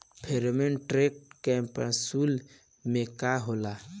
Pheromone trap capsule में का होला?